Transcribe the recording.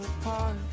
apart